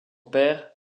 père